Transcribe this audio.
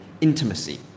intimacy